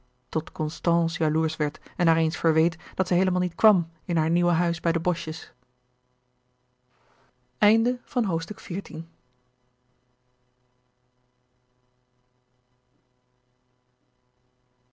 zielen stance jaloersch werd en haar eens verweet dat zij heelemaal niet kwam in hare nieuwe huis bij de boschjes